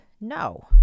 No